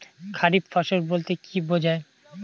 খারিফ ফসল বলতে কী বোঝায়?